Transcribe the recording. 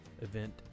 event